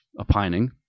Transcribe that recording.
opining